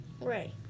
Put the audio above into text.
Ray